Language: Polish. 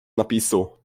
napisu